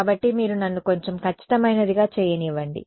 కాబట్టి మీరు నన్ను కొంచెం ఖచ్చితమైనదిగా చేయనివ్వండి